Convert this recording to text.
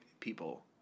People